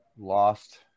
lost